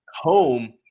Home